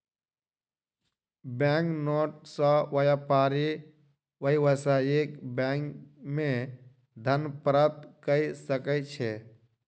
bank note सॅ व्यापारी व्यावसायिक बैंक मे धन प्राप्त कय सकै छै